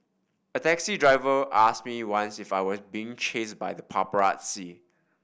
a taxi driver asked me once if I was being chased by the paparazzi